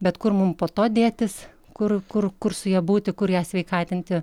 bet kur mum po to dėtis kur kur kur su ja būti kur ją sveikatinti